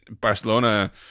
Barcelona